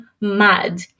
mad